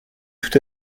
tout